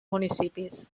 municipis